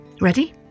Ready